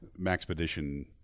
Maxpedition